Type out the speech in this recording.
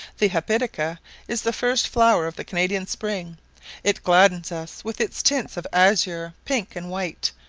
the hepatica is the first flower of the canadian spring it gladdens us with its tints of azure, pink, and white,